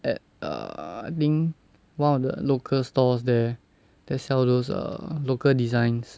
at err I think one of the local stores there that sell those err local designs